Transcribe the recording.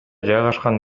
жайгашкан